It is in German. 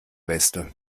weste